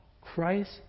Christ